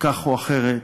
כך או אחרת,